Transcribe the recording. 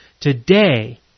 today